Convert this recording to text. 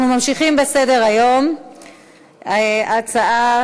אנחנו ממשיכים בסדר-היום, הצעות